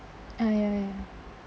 ah ya ya